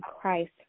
Christ